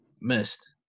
missed